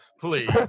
Please